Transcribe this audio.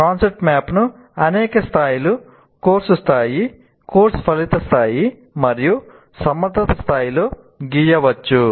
concept మ్యాప్ను అనేక స్థాయిలు కోర్సు స్థాయి కోర్సు ఫలిత స్థాయి మరియు సమర్థత స్థాయిలో గీయవచ్చు